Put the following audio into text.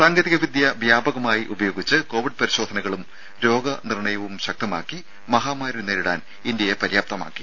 സാങ്കേതിക വിദ്യ വ്യാപകമായി ഉപയോഗിച്ച് കോവിഡ് പരിശോധനകളും രോഗനിർണയവും ശക്തമാക്കി മഹാമാരി നേരിടാൻ ഇന്ത്യയെ പര്യാപ്തമാക്കി